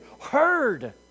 heard